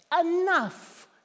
enough